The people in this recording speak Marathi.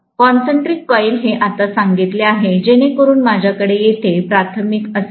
कॉन्सन्ट्रिक कॉइल हे आता सांगितले आहे जेणे करून माझ्या कडे येथे प्राथमिक असेल